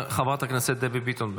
חברת הכנסת דבי ביטון,